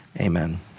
amen